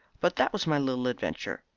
but that was my little adventure.